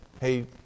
hey